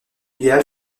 idéal